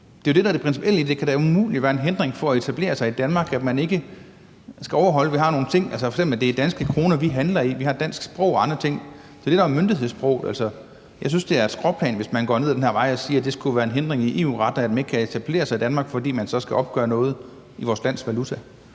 der er det principielle. Det kan da umuligt være en hindring for at etablere sig i Danmark, at man skal overholde, at vi har nogle ting, f.eks. at det er danske kroner, vi handler i, og at vi har et dansk sprog og andre ting. Det er det, der er myndighedssproget. Altså, jeg synes, det er et skråplan, hvis man går ned ad den her vej og siger, at det skulle være en hindring i forhold til EU-retten, og at man ikke kan etablere sig i Danmark, fordi man så skal opgøre noget i vores danske valuta.